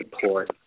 support